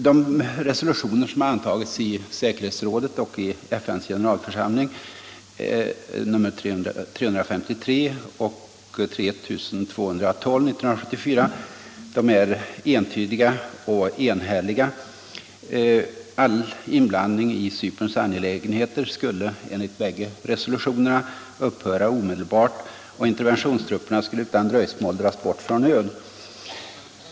De resolutioner som har antagits av säkerhetsrådet och av FN:s ge 9 neralförsamling, nr 353 och nr 3212 år 1974, är entydiga och enhälliga. All inblandning i Cyperns angelägenheter skulle, enligt bägge resolutionerna, upphöra omedelbart, och interventionstrupperna skulle utan dröjsmål dras bort från ön.